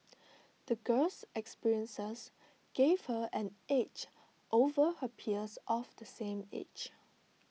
the girl's experiences gave her an edge over her peers of the same age